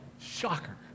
Shocker